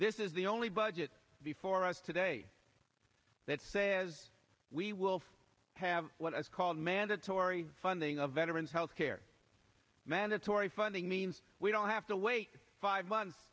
this is the only budget before us today that says we will have what is called mandatory funding of veterans health care mandatory funding means we don't have to wait five months